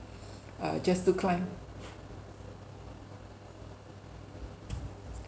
uh just to climb